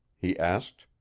he asked.